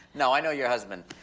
no, i know your husband,